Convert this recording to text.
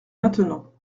maintenant